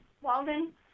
Walden